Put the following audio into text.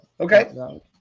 Okay